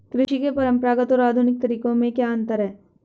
कृषि के परंपरागत और आधुनिक तरीकों में क्या अंतर है?